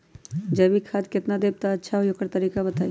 जैविक खाद केतना देब त अच्छा होइ ओकर तरीका बताई?